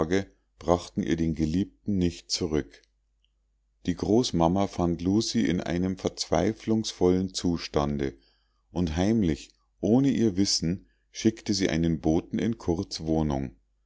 brachten ihr den geliebten nicht zurück die großmama fand lucie in einem verzweiflungsvollen zustande und heimlich ohne ihr wissen schickte sie einen boten in curts wohnung